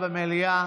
גילה גמליאל,